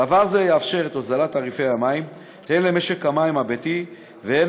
דבר זה יאפשר את הוזלת תעריפי המים הן למשק המים הביתי והן,